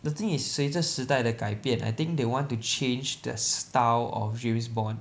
the thing is 随着时代的改变 I think they want to change the style of James Bond